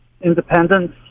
independence